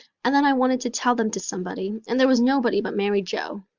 and then i wanted to tell them to somebody and there was nobody but mary joe.